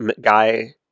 guy